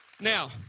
Now